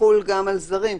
יחול גם על זרים,